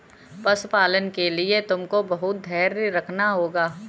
पशुपालन के लिए तुमको बहुत धैर्य रखना होगा